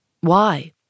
Why